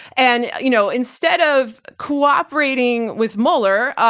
and, you know, instead of cooperating with mueller,